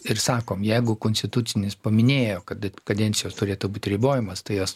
ir sakom jeigu konstitucinis paminėjo kad kadencijos turėtų būt ribojamos tai jos